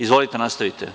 Izvolite, nastavite.